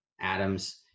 Adams